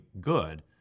good